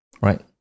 Right